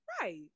Right